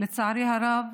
לצערי הרב,